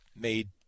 made